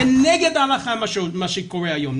זה נגד ההלכה מה שקורה היום,